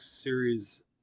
Series